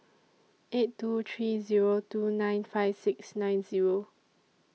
eight two three Zero two nine five six nine Zero